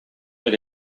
like